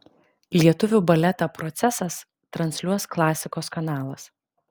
lietuvių baletą procesas transliuos klasikos kanalas